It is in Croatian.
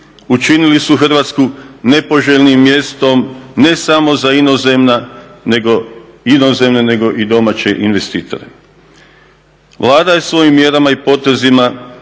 učinili su Hrvatsku nepoželjnim mjestom ne samo za inozemne nego i domaće investitore. Vlada je svojim mjerama i potezima